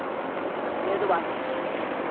যেহেতু বাচ্চা